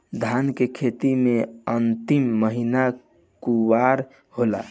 धान के खेती मे अन्तिम महीना कुवार होला?